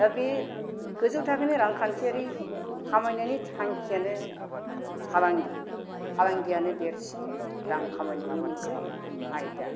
दा बे गोजौ थाखोनि रांखान्थियारि खामायनायनि थांखियानो फालांगि फालांगियानो देरसिन रां खामायनायनि मोनसे आयदा